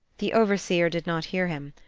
the overseer did not hear him.